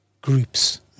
groups